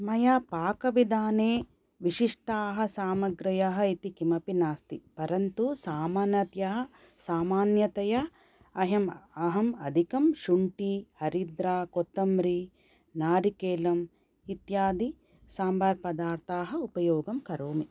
मया पाकविधाने विशिष्टाः सामग्र्यः इति किमपि नास्ति परन्तु सामान्यतया अहम् अधिकं शुण्ठी हरिद्रा कोत्तम्रि नारिकेलम् इत्यादि साम्बार् पदार्थाः उपयोगं करोमि